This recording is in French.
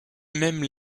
même